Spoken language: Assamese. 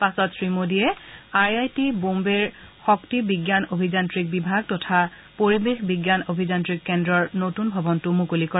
পাছত শ্ৰীমোদীয়ে আই আই টিৰ বোম্বেৰ শক্তি বিজ্ঞান অভিযান্ত্ৰিক বিভাগ তথা পৰিৱেশ বিজ্ঞান অভিযান্ত্ৰিক কেন্দ্ৰৰ নতুন ভৱনটো মুকলি কৰে